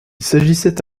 s’agissait